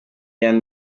ian